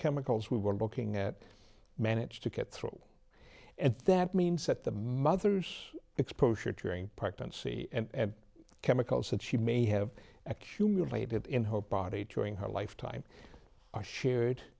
chemicals we were looking at managed to get through and that means that the mother's exposure tearing apart and c and chemicals that she may have accumulated in her body during her lifetime are shared wit